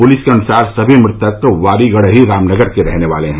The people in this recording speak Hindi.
पुलिस के अनुसार समी मृतक वारीगड़ही रामनगर के रहने वाले हैं